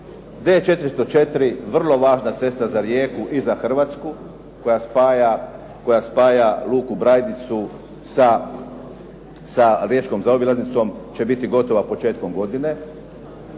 D404 vrlo važna cesta za Rijeku i za Hrvatku koja spaja Luku Brajdicu sa Riječkom zaobilaznicom će biti gotova početkom godine.